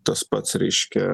tas pats reiškia